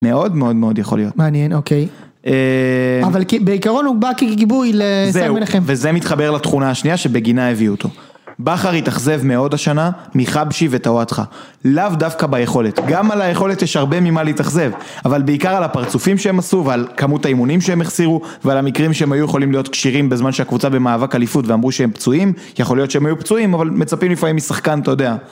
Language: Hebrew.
מאוד מאוד מאוד יכול להיות. מעניין אוקיי, אבל בעיקרון הוא בא כגיבוי לסאן מנחם. זהו, וזה מתחבר לתכונה השנייה שבגינה הביאו אותו. בכר התאכזב מאות השנה מחבשי וטוואטחה. לאו דווקא ביכולת, גם על היכולת יש הרבה ממה להתאכזב, אבל בעיקר על הפרצופים שהם עשו ועל כמות האימונים שהם החסירו ועל המקרים שהם היו יכולים להיות כשירים בזמן שהקבוצה במאבק על איפות ואמרו שהם פצועים, יכול להיות שהם היו פצועים אבל מצפים לפעמים משחקן אתה יודע.